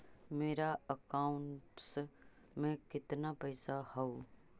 मेरा अकाउंटस में कितना पैसा हउ?